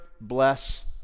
bless